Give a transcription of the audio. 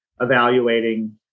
evaluating